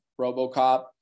RoboCop